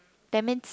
that means